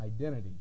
identity